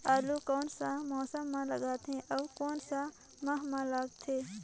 आलू कोन सा मौसम मां लगथे अउ कोन सा माह मां लगथे?